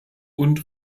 und